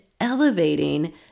elevating